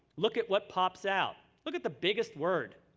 look at what pops out. look at the biggest word.